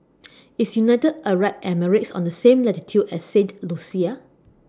IS United Arab Emirates on The same latitude as Saint Lucia